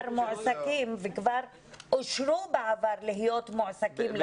מועסקים וכבר אושרו בעבר להיות מועסקים לתפקיד הזה.